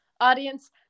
Audience